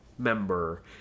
member